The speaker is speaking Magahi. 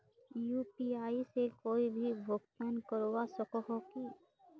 यु.पी.आई से कोई भी भुगतान करवा सकोहो ही?